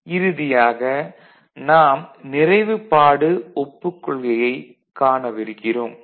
0 0 இறுதியாக நாம் நிறைவுப்பாடு ஒப்புக் கொள்கையைக் காணவிருக்கிறோம்